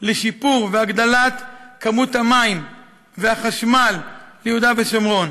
לשיפור והגדלת כמות המים והחשמל ליהודה ושומרון,